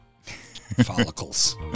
follicles